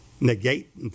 Negate